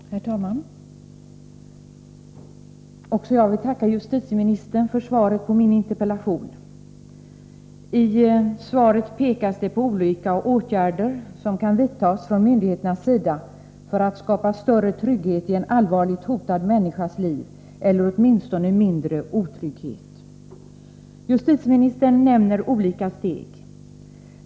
Herr talman! Också jag vill tacka justitieministern för svaret på min interpellation. I svaret pekas det på olika åtgärder som kan vidtas från myndigheternas sida för att skapa större trygghet i en allvarligt hotad människas liv, eller åtminstone mindre otrygghet. Justitieministern nämner olika steg.